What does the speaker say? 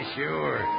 sure